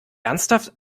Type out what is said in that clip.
ernsthaft